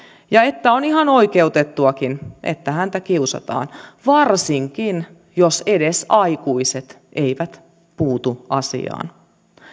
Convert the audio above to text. ja että on ihan oikeutettuakin että häntä kiusataan varsinkin jos edes aikuiset eivät puutu asiaan